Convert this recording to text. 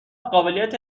قابلیت